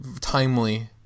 timely